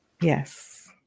yes